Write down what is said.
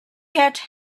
had